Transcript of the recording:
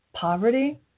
Poverty